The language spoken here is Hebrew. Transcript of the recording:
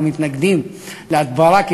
אנחנו מתנגדים להדברה,